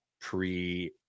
Pre